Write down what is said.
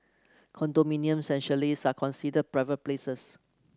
condominiums and chalets are considered private places